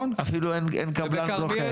אפילו אין קבלן זוכה.